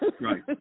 Right